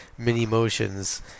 mini-motions